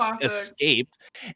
escaped